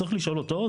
צריך לשאול אותו,